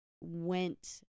went